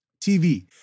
TV